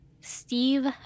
Steve